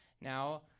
Now